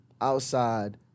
outside